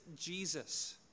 Jesus